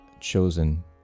chosen